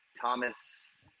Thomas